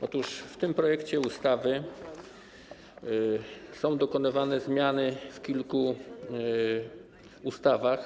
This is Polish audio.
Otóż w tym projekcie ustawy są dokonywane zmiany w kilku ustawach.